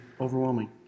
overwhelming